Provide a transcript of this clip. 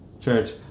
Church